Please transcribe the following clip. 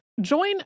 Join